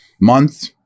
month